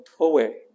away